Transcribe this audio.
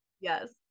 Yes